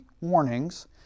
warnings